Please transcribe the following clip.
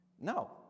No